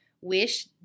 Wish